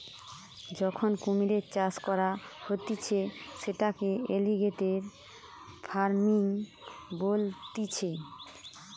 যখন কুমিরের চাষ করা হতিছে সেটাকে এলিগেটের ফার্মিং বলতিছে